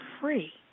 free